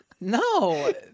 No